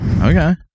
Okay